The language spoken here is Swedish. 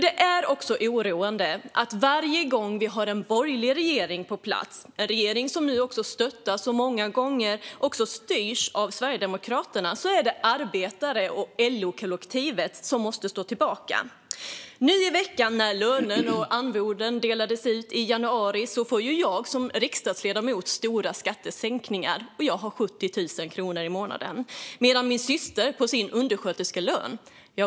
Det är oroande att varje gång vi har en borgerlig regering på plats - en regering som nu också stöttas och många gånger även styrs av Sverigedemokraterna - är det arbetare och LO-kollektivet som måste stå tillbaka. Nu i veckan när löner och arvoden betalades ut i januari fick jag som riksdagsledamot stora skattesänkningar, och mitt arvode är 70 000 kronor i månaden. Men vad får min syster med sin undersköterskelön?